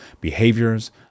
behaviors